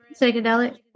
psychedelic